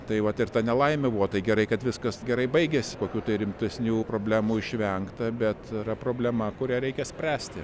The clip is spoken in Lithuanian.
tai vat ir ta nelaimė buvo tai gerai kad viskas gerai baigėsi kokių rimtesnių problemų išvengta bet yra problema kurią reikia spręsti